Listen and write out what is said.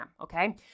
okay